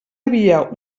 havia